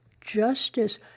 justice